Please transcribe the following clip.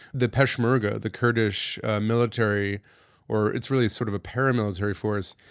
the peshmerga, the kurdish military or it's really sort of a paramilitary force,